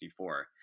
1964